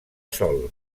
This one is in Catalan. sol